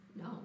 No